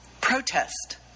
protest